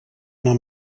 anar